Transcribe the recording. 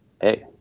hey